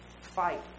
Fight